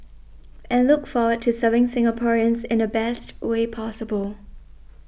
and look forward to serving Singaporeans in the best way possible